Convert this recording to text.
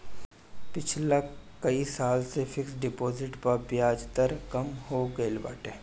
पिछला कई साल से फिक्स डिपाजिट पअ बियाज दर कम हो गईल बाटे